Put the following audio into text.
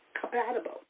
compatible